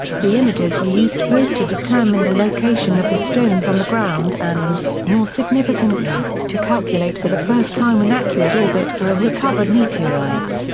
the images were used both to determine the location of the stones on the ground and, more significantly, to calculate for the first time an accurate orbit for a recovered meteorite.